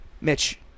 Mitch